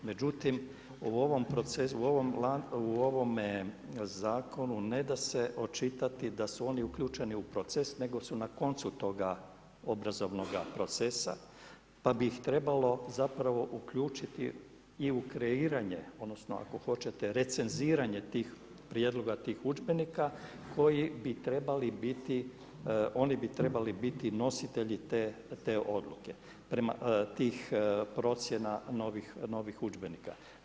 Međutim, u (procesu)ovom zakonu ne da se očitati da su oni uključeni u proces nego su na koncu toga obrazovnoga procesa, pa bi ih trebalo zapravo uključiti i u kreiranje odnosno ako hoćete recenziranje tih prijedloga tih udžbenika koji bi trebali biti, oni bi trebali biti nositelji te odluke, tih procjena novih udžbenika.